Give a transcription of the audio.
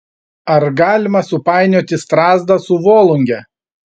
ar galima supainioti strazdą su volunge